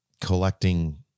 collecting